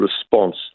response